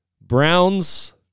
Browns